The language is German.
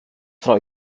frau